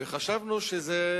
וחשבנו שזו